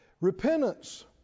Repentance